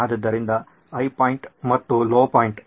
ಆದ್ದರಿಂದ high point ಮತ್ತು low point